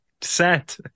set